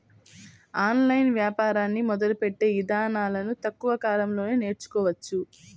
online వ్యాపారాన్ని మొదలుపెట్టే ఇదానాలను తక్కువ కాలంలోనే నేర్చుకోవచ్చు